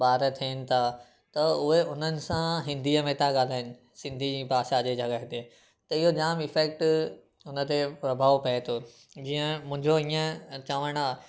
ॿार थियनि था त उहे उन्हनि सां हिंदीअ में था ॻाल्हाइनि सिंधी भाषा जी जॻहि ते त इहो जामु इफेक्ट उन ते प्रभाव पए थो जीअं मुंहिंजो इअं चवणु आहे